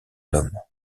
l’homme